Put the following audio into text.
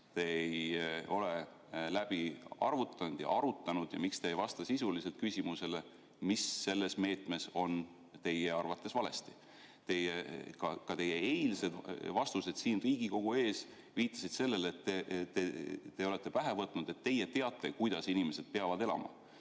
te ei ole läbi arvutanud ja arutanud. Miks te ei vasta sisuliselt küsimusele, mis selles [pakutud] meetmes on teie arvates valesti? Ka teie eilsed vastused siin Riigikogu ees viitasid sellele, et te olete pähe võtnud, et teie teate, kuidas inimesed peavad elama.